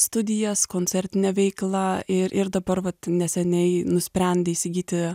studijas koncertinę veiklą ir ir dabar vat neseniai nusprendė įsigyti